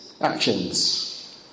actions